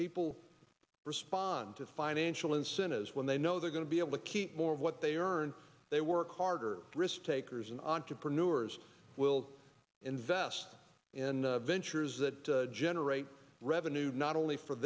people respond to financial incentives when they know they're going to be able to keep more of what they earn they work harder risk takers and entrepreneurs will invest in ventures that generate revenue not only for